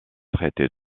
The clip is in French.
traiter